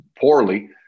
poorly